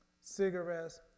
Cigarettes